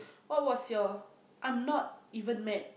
what was your I'm not even mad